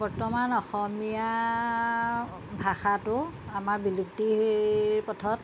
বৰ্তমান অসমীয়া ভাষাটো আমাৰ বিলুপ্তিৰ পথত